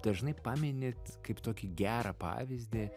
dažnai paminėt kaip tokį gerą pavyzdį